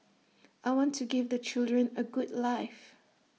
I want to give the children A good life